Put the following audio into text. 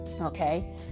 Okay